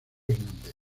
hernández